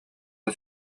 эрэ